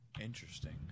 Interesting